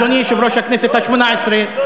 אדוני יושב-ראש הכנסת השמונה-עשרה,